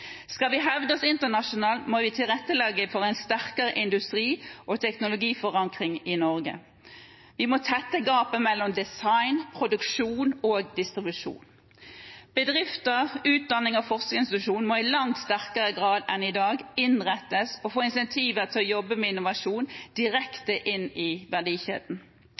Skal vi hevde oss internasjonalt, må vi tilrettelegge for en sterkere industri- og teknologiforankring i Norge. Vi må tette gapet mellom design, produksjon, og distribusjon. Bedrifter og utdannings- og forskningsinstitusjoner må i langt sterkere grad enn i dag innrettes og få incentiver til å jobbe med innovasjon direkte inn i verdikjeden.